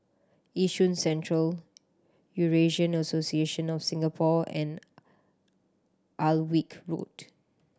Yishun Central Eurasian Association of Singapore and Alnwick Road